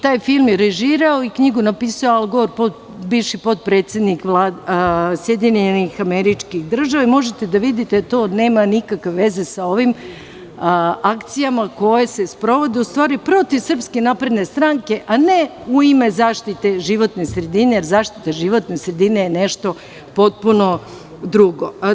Taj film je režirao i knjigu napisao Al Gor, bivši potpredsednik SAD i možete da vidite da to nema nikakve veze sa ovim akcijama koje se sprovode protiv SNS, a ne u ime zaštite životne sredine, jer zaštita životne sredine je nešto potpuno drugo.